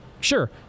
Sure